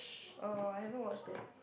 oh I haven't watch it